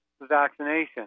vaccination